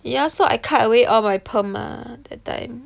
ya so I cut away all my perm mah that time